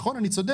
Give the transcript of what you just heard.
נכון אני צודק?